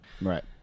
Right